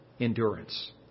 endurance